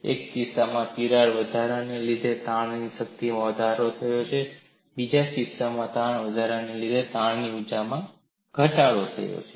એક કિસ્સામાં તિરાડ વધારાને લીધે તાણની શક્તિમાં વધારો થયો બીજા કિસ્સામાં તિરાડ વધારાને લીધે તાણ ઊર્જામાં ઘટાડો થયો છે